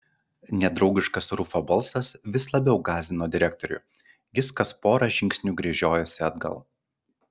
nedraugiškas rufo balsas vis labiau gąsdino direktorių jis kas pora žingsnių gręžiojosi atgal